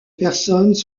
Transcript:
personnes